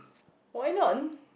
why not